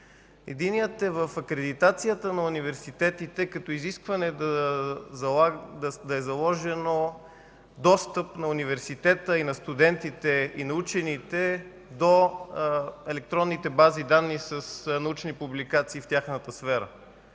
Единият е в акредитацията на университетите като изискване да е заложен достъп на университета, на студентите и на учените до електронните бази данни с научни публикации в тяхната сфера.